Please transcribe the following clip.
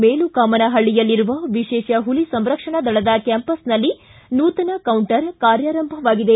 ಮೇಲುಕಾಮನಪಳ್ಳಿಯಲ್ಲಿರುವ ವಿಶೇಷ ಹುಲಿ ಸಂರಕ್ಷಣಾ ದಳದ ಕ್ಕಾಂಪಸ್ನಲ್ಲಿ ನೂತನ ಕೌಂಟರ್ ಕಾರ್ಯಾರಂಭವಾಗಿದೆ